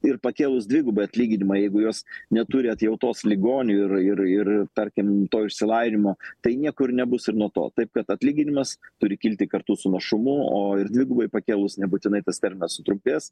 ir pakėlus dvigubai atlyginimą jeigu jos neturi atjautos ligonių ir ir ir tarkim to išsilavinimo tai nieko ir nebus ir nuo to taip kad atlyginimas turi kilti kartu su našumu o ir dvigubai pakėlus nebūtinai tas terminas sutrumpės